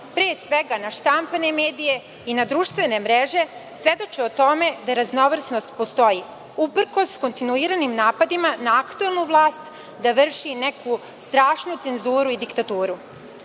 pre svega na štampane medije i na društvene mreže svedoči o tome da raznovrsnost postoji uprkos kontinuiranim napadima na aktuelnu vlast da vrši neku strašnu cenzuru i diktaturu. Ono